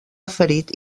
ferit